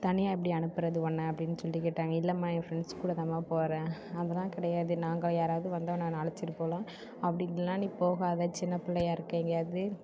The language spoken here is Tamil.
தனியாக எப்படி அனுப்புறது உன்ன அப்படின்னு சொல்லிட்டு கேட்டாங்க இல்லைம்மா என் ஃப்ரெண்ட்ஸ் கூட தாம்மா போறேன் அதெல்லாம் கிடையாது நாங்கள் யாராவது வந்தோம்னா உன்ன அழைச்சிட்டு போகலாம் அப்படி இல்லைனா நீ போகாதே சின்ன பிள்ளையா இருக்கே எங்கேயாது